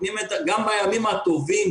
גם בימים הטובים,